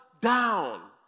down